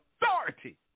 authority